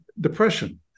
depression